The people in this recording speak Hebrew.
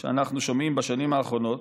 שאנחנו שומעים בשנים האחרונות,